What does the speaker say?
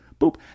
boop